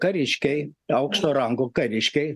kariškiai aukšto rango kariškiai